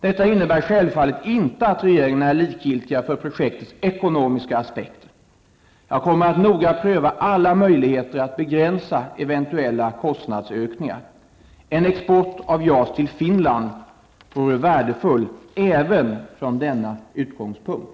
Detta innebär självfallet inte att regeringen är likgiltig för projektets ekonomiska aspekter. Jag kommer att noga pröva alla möjligheter att begränsa eventuella kostnadsökningar. En export av JAS till Finland vore värdefull även från denna utgångspunkt.